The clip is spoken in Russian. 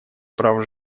прав